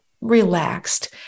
relaxed